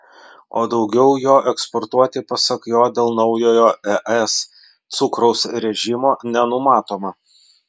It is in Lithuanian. o daugiau jo eksportuoti pasak jo dėl naujojo es cukraus režimo nenumatoma